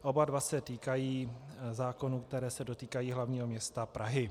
Oba dva se týkají zákonů, které se dotýkají hlavního města Prahy.